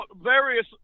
various